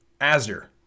Azure